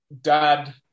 dad